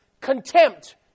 contempt